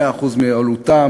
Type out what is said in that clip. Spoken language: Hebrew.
100% עלותן,